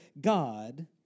God